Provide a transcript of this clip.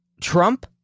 Trump